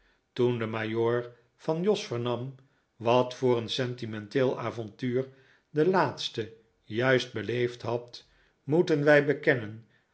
toen de majoor van jos vernam wat voor een sentimenteel avontuur de laatste juist beleefd had moeten wij bekennen